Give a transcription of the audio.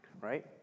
right